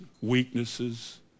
weaknesses